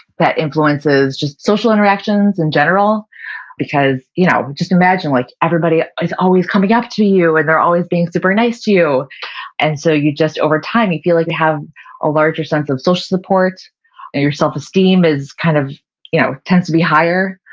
that influences social interactions in general because you know just imagine like everybody is always coming up to to you and they're always being super nice to you and so you just over time you feel like you have a larger sense of social supports and your self esteem kind of you know tends to be higher.